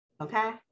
okay